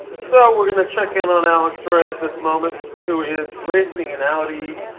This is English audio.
so we're going to check in on alex roy at this moment, who is racing an alfa.